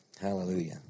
Hallelujah